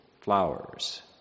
flowers